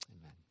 Amen